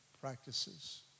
practices